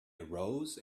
arose